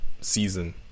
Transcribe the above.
season